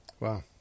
Wow